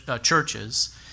churches